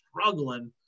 struggling